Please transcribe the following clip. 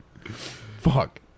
Fuck